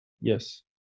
Yes